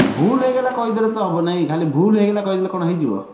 ଭୁଲ୍ ହେଇଗଲା କହିଦେଲେ ତ ହେବ ନାହିଁ ଖାଲି ଭୁଲ୍ ହେଇଗଲା କହିଦେଲେ କ'ଣ ହେଇଯିବ